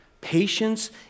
Patience